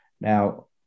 Now